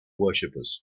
worshippers